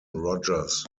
rogers